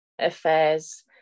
affairs